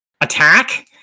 attack